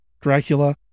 Dracula